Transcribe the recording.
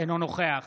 אינו נוכח